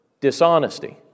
dishonesty